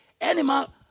animal